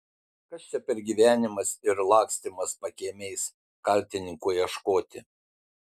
kas čia per gyvenimas ir lakstymas pakiemiais kaltininkų ieškoti